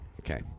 Okay